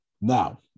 Now